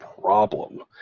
problem